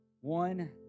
one